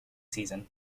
season